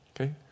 Okay